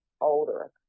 older